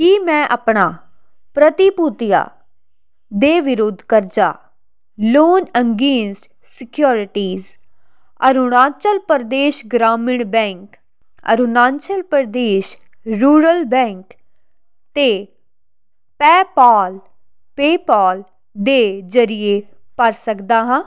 ਕੀ ਮੈਂ ਆਪਣਾ ਪ੍ਰਤੀਭੂਤੀਆਂ ਦੇ ਵਿਰੁੱਧ ਕਰਜ਼ਾ loan against securities Arunachal Pradesh ਗ੍ਰਾਮੀਣ bank Arunachal Pradesh rural bank 'ਤੇ ਪੈਪੋਲ ਪੇਪਾਲ ਦੇ ਜ਼ਰੀਏ ਭਰ ਸਕਦਾ ਹਾਂ